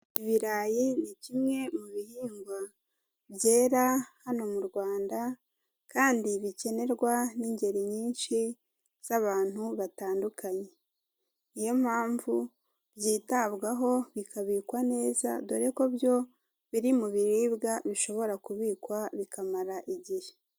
Ibirayi ni kimwemwe mu bihingwa byera hano mu Rwanda kandi bikenerwa n'ingeri nyinshi z'abantu batandukanye; niyo mpamvu byitabwaho bikabikwa neza dore ko byo biri mu biribwa bishobora kubikwa bikamara igihe.